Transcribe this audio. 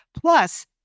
plus